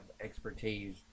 expertise